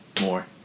more